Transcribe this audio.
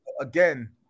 Again